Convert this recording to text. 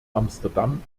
amsterdam